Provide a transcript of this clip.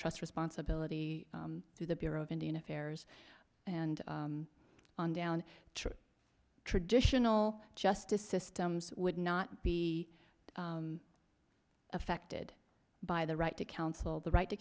trust responsibility through the bureau of indian affairs and on down to traditional justice systems would not be affected by the right to counsel the right to